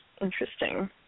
interesting